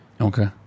okay